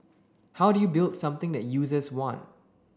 how do you build something that users want